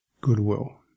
goodwill